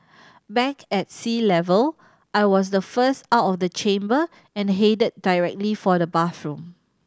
back at sea level I was the first out of the chamber and headed directly for the bathroom